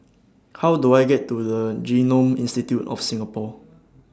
How Do I get to The Genome Institute of Singapore